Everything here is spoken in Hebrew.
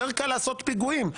יותר קל לעשות פיגועים.